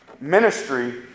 ministry